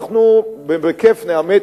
אנחנו בכיף נאמץ.